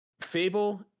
Fable